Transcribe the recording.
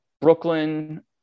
Brooklyn